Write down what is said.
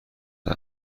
است